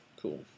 Cool